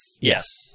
Yes